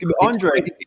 Andre